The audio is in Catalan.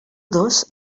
dos